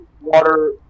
water